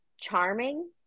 charming